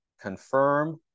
confirm